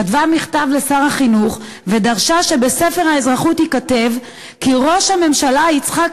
כתבה מכתב לשר החינוך ודרשה שבספר האזרחות ייכתב כי ראש הממשלה יצחק